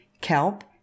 Kelp